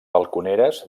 balconeres